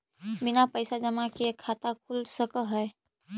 बिना पैसा जमा किए खाता खुल सक है?